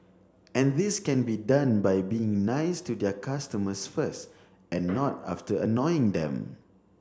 and this can be done by being nice to their customers first and not after annoying them